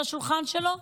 על השולחן שלו?